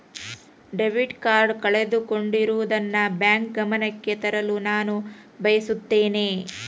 debit card ಕಳೆದುಕೊಂಡಿರುವುದನ್ನು bank ಗಮನಕ್ಕೆ ತರಲು ನಾನು ಬಯಸುತ್ತೇನೆ